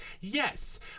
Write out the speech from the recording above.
yes